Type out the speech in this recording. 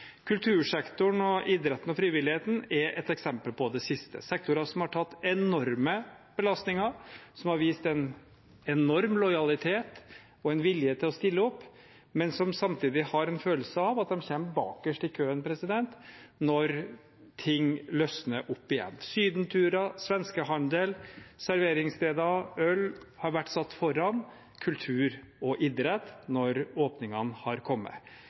Kultursektoren og idretten og frivilligheten er et eksempel på det siste – sektorer som har tatt enorme belastninger, som har vist en enorm lojalitet og en vilje til å stille opp, men som samtidig har en følelse av at de kommer bakerst i køen når ting løsner opp igjen. Syden-turer, svenskehandel, serveringssteder, øl har vært satt foran kultur og idrett når åpningene har kommet.